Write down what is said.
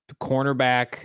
cornerback